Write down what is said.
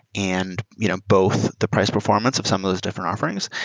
and you know both the price performance of some of those different offerings,